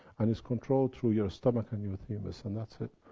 and it's controlled through your stomach and your thymus, and that's it!